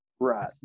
right